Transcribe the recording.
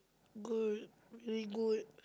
good very good